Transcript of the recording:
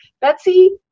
Betsy